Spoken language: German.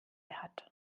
hat